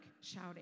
shouting